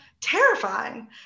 terrifying